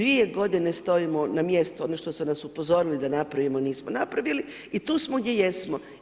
Dvije godine stojimo na mjestu ono što su nas upozorili da napravimo nismo napravili i tu smo gdje jesmo.